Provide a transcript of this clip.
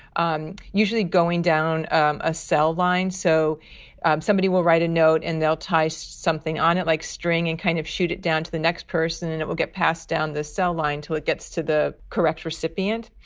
usually going down um a cell line so somebody will write a note and they'll tie something on it like string and kind of shoot it down to the next person and it will get passed down the cell line till it gets to the correct recipient.